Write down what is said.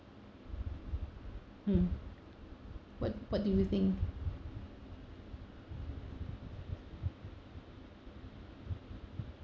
hmm what what do you think